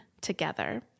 together